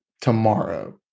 tomorrow